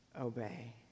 obey